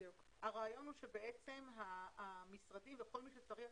הרעיון הוא שהמשרדים וכל מי שצריך